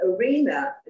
arena